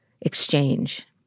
exchange